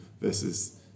versus